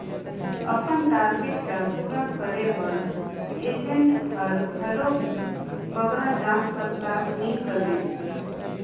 अपन टारगेट ल पूरा करे बर एजेंट हर घलो बगरा जाँच परताल नी करे